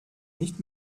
nicht